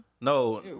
no